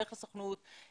דרך הסוכנות,